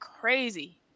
crazy